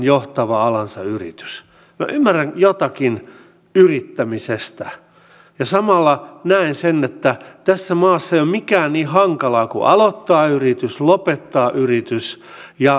tämäkin osaltaan kertoo siitä että meidän innovaatio ja tutkimusjärjestelmämme ei toimi hyvin ja sen takia hallitus on käynnistämässä kansainvälistä riippumatonta arviota innovaatio ja tutkimusrahoituksen vaikuttavuudesta jotta kykenemme tekemään tarvittavia korjausliikkeitä